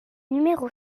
numéro